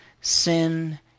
sin